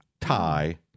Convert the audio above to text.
tie